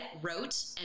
wrote